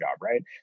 Right